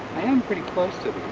i am pretty close to